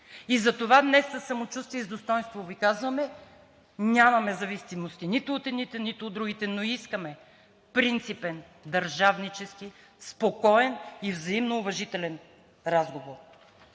Затова днес със самочувствие и с достойнство Ви казваме: няма зависимости нито от едните, нито от другите, но искаме принципен, държавнически, спокоен и взаимно уважителен разговор.